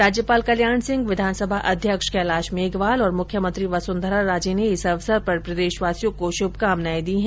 राज्यपाल कल्याण सिंह विधानसभा अध्यक्ष कैलाश मेघवाल और मुख्यमंत्री वसुंधरा राजे ने इस अवसर पर प्रदेशवासियों को शुभकामनाएं दी है